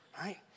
right